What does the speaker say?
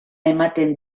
ematen